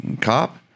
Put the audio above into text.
cop